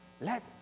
Let